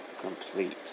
complete